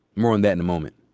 more on that in a moment.